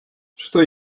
что